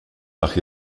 nach